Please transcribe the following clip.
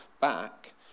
back